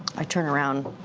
i turn around.